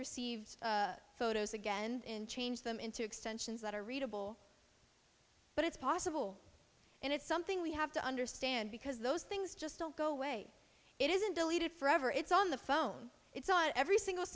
received photos again in change them into extensions that are readable but it's possible and it's something we have to understand because those things just don't go away it isn't deleted forever it's on the phone it's on every single